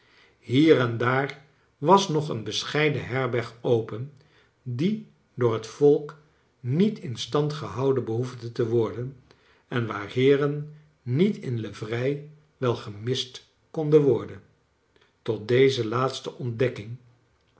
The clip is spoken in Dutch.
hier en daar was nog een bescheiden herberg open die door het volk niet in stand gehouden behoefde te worden en waar heeren niet in livrei wel gemist konden worden tot deze laatste ontdekking